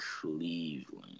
Cleveland